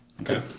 Okay